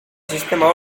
sistema